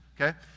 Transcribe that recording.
Okay